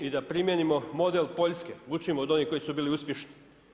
I da primijenimo model Poljske, učimo od onih koji su bili uspješni.